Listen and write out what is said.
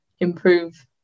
improve